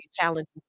challenging